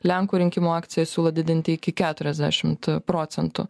lenkų rinkimų akcija siūlo didinti iki keturiasdešimt procentų